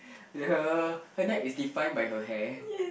her her neck is defined by her hair